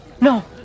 No